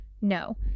No